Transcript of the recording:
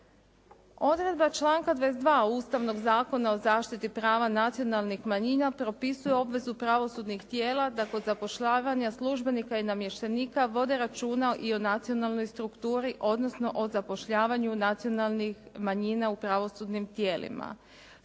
Odredba članka 22. Ustavnog zakona o zaštiti prava nacionalnih manjina propisuje obvezu pravosudnih tijela da kod zapošljavanja službenika i namještenika vode računa i o nacionalnoj strukturi odnosno o zapošljavanju nacionalnih manjina u pravosudnim tijelima.